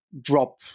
drop